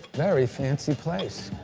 very fancy place.